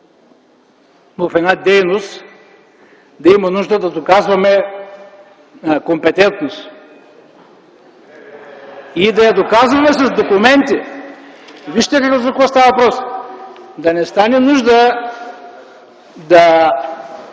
в една дейност да има нужда да доказваме компетентност. И да я доказваме с документи. (Оживление.) Вижте за какво става въпрос. Да не стане нужда да